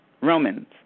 Romans